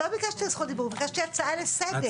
לא ביקשתי זכות דיבור, ביקשתי הצעה לסדר.